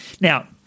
Now